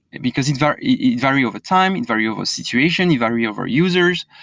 and because you vary you vary overtime, you vary over situation, you vary over users.